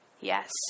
Yes